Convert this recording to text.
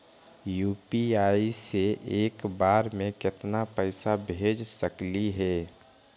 UPI से एक बार मे केतना पैसा भेज सकली हे?